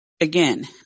again